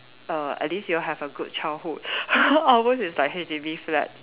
err at least you have a good childhood ours is like H_D_B flat